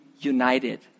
united